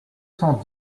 cent